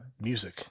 music